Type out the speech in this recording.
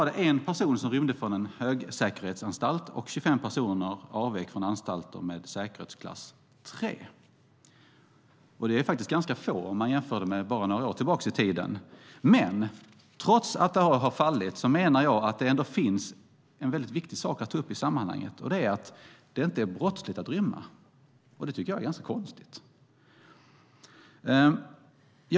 2012 rymde en person från en högsäkerhetsanstalt, och 25 personer avvek från anstalter med säkerhetsklass 3. Det är ganska få om man jämför med hur det var bara några år tillbaka i tiden. Trots att det har minskat menar jag att det finns en viktig sak att ta upp i sammanhanget, nämligen att det i dag inte är brottsligt att rymma. Det tycker jag är ganska konstigt.